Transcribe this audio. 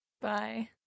Bye